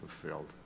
fulfilled